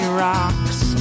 rocks